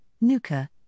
Nuka